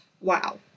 Wow